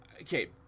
Okay